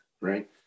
right